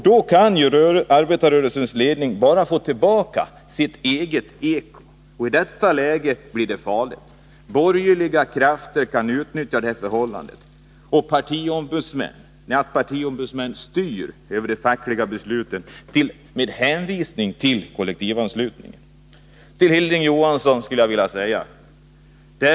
Då kan ju arbetarrörelsens ledning bara få tillbaka sitt eget eko. I detta läge blir det farligt: borgerliga krafter kan utnyttja detta förhållande, att partiombudsmän styr över de fackliga besluten med hänvisning till kollektivanslutningen. Till Hilding Johansson skulle jag vilja säga följande.